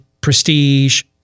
prestige